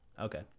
Okay